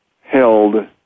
held